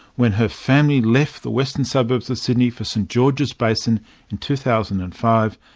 when her family left the western suburbs of sydney for st georges basin in two thousand and five,